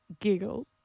giggle